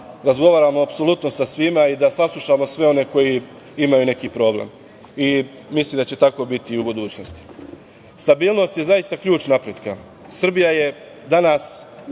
razgovaramo apsolutno sa svima i da saslušamo sve one koji imaju neki problem i mislim da će tako biti u budućnosti. Stabilnost je zaista ključna pritka. Srbija je danas